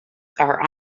are